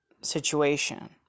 situation